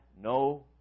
no